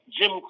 Jim